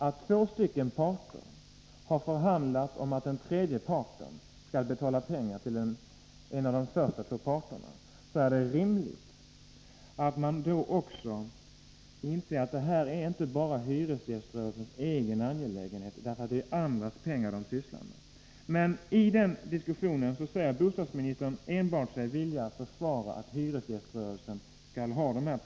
Om två parter har förhandlat om att den tredje parten skall betala pengar till någon av dem, då är det enligt min mening rimligt att inse att det inte bara är hyresgäströrelsens egen angelägenhet. Det rör sig ju om andras pengar. I den diskussionen försvarar bostadsministern hyresgäströrelsen och säger att den skall ha pengarna.